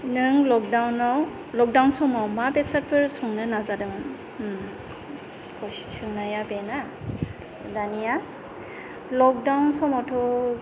नों लक'डाउनाव लक'डाउन समाव मा बेसादफोर संनो नाजादोंमोन कुइसन सोंनाया बे ना दानिया लक'डाउन समावथ'